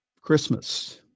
Christmas